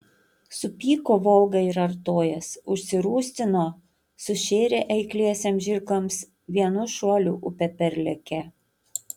supyko volga ir artojas užsirūstino sušėrė eikliesiems žirgams vienu šuoliu upę perlėkė